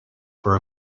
for